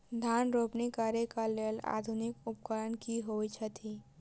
धान रोपनी करै कऽ लेल आधुनिक उपकरण की होइ छथि?